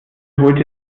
holte